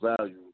value